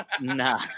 Nah